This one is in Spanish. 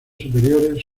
superiores